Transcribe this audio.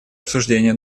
обсуждения